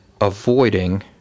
avoiding